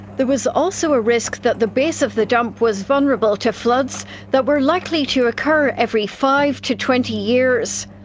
there was also a risk that the base of the dump was vulnerable to floods that were likely to occur every five to twenty years.